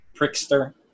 prickster